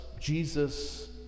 Jesus